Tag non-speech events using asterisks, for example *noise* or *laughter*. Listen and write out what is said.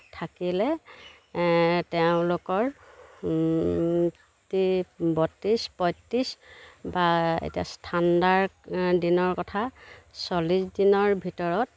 থাকিলে তেওঁলোকৰ *unintelligible* বত্ৰিছ পঁয়ত্ৰিছ বা এতিয়া ঠাণ্ডাৰ দিনৰ কথা চল্লিছ দিনৰ ভিতৰত